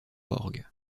orgue